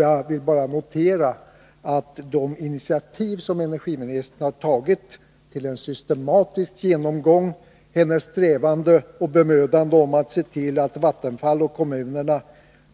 Jag vill bara notera att de initiativ som energiministern har tagit till en systematisk genomgång liksom hennes strävanden och bemödanden att se till att Vattenfall och kommunerna